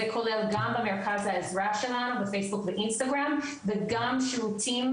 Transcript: זה כולל גם במרכז העזרה שלנו בפייסבוק ואינסטגרם וגם שירותים